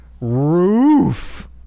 roof